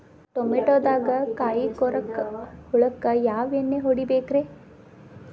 ಟಮಾಟೊದಾಗ ಕಾಯಿಕೊರಕ ಹುಳಕ್ಕ ಯಾವ ಎಣ್ಣಿ ಹೊಡಿಬೇಕ್ರೇ?